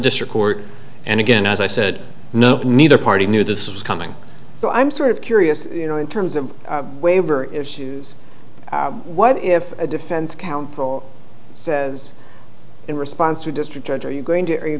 district court and again as i said no neither party knew this was coming so i'm sort of curious you know in terms of waiver issues what if a defense counsel says in response to district judge are you going to